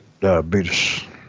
Diabetes